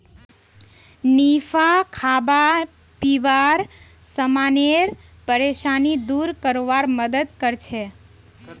निफा खाबा पीबार समानेर परेशानी दूर करवार मदद करछेक